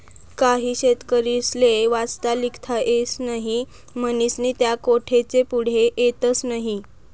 काही शेतकरीस्ले वाचता लिखता येस नही म्हनीस्नी त्या कोठेच पुढे येतस नही